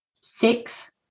Six